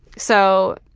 so